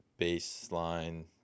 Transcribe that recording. baseline